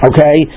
Okay